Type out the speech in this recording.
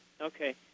okay